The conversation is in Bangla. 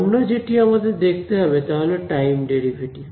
অন্য যেটি আমাদের দেখতে হবে তা হল টাইম ডেরিভেটিভ